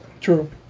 true